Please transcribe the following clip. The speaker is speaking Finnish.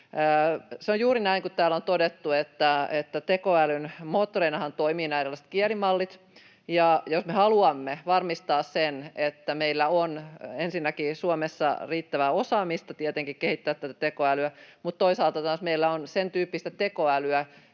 Se on juuri näin kuin täällä on todettu, että tekoälyn moottoreinahan toimivat nämä erilaiset kielimallit. Ja jos me haluamme varmistaa sen, että meillä on Suomessa ensinnäkin tietenkin riittävää osaamista kehittää tätä tekoälyä mutta toisaalta meillä on taas sentyyppistä tekoälyä,